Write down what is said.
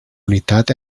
unitat